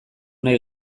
nahi